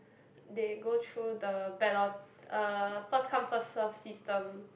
they go through the ballot uh first come first serve system